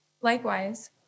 Likewise